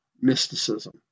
mysticism